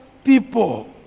People